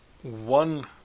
one